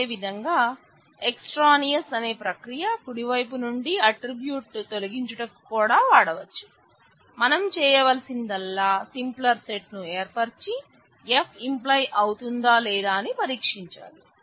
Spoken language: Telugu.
అదేవిధంగా ఎక్సట్రానియోస్ ను ఏర్పరచి F ఇంప్లై అవుతుందా లేదా అని పరీక్షించాలి